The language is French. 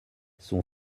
son